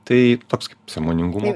tai toks kaip sąmoningumo